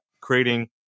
creating